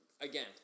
again